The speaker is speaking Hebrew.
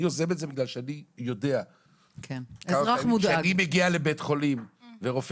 אני יוזם את זה בגלל שאני יודע כשאני מגיע לבית חולים ורופא